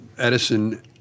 Edison